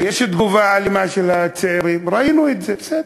יש תגובה אלימה של הצעירים, ראינו את זה, בסדר.